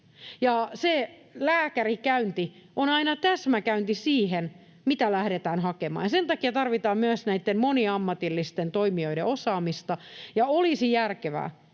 se lääkärikäynti on aina täsmäkäynti siihen, mitä lähdetään hakemaan. Sen takia tarvitaan myös näiden moniammatillisten toimijoiden osaamista, ja olisi järkevää,